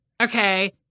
okay